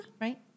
right